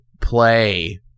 play